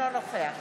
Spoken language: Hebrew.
הצלחת להצביע?